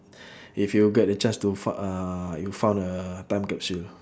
if you get the chance to fo~ uh you found a time capsule